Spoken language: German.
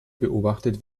beobachtet